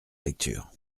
lecture